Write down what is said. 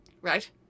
right